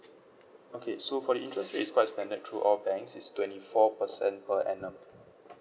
okay so for the interest rate is quite standard through all banks is twenty four percent per annum